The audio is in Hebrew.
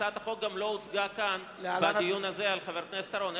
הצעת החוק גם לא הוצגה כאן בדיון הזה על-ידי חבר הכנסת אורון.